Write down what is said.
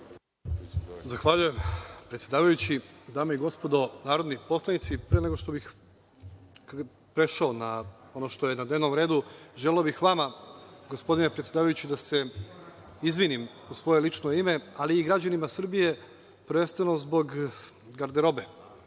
Zahvaljujem predsedavajući. Dame i gospodo narodni poslanici, pre nego što bi prešao na ono što je na dnevnom redu želeo bih vama gospodine predsedavajući da se izvinim u svoje lično ime, ali i građanima Srbije prvenstveno zbog garderobe.